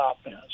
offense